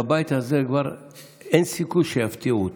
בבית הזה כבר אין סיכוי שיפתיעו אותי.